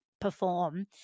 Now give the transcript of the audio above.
perform